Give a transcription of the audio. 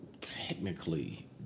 technically